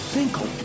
Finkel